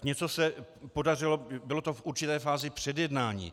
Něco se podařilo, bylo to v určité fázi předjednání.